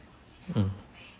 mm